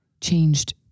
changed